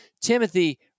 Timothy